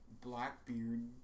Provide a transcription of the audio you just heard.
Blackbeard